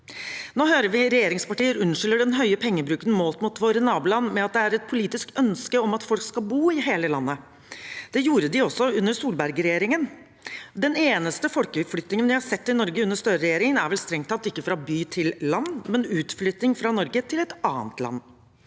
Nå hører vi regjeringspartiene unnskylde den høye pengebruken målt mot våre naboland med at det er et politisk ønske at folk skal bo i hele landet. Det gjorde de også under Solberg-regjeringen. Den eneste folkeflyttingen vi har sett i Norge under Støre-regjeringen, er vel strengt tatt ikke fra by til land, men utflytting fra Norge til et annet land.